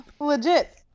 Legit